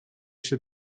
się